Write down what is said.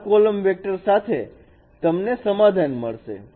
આ column vector સાથે તમને સમાધાન મળશે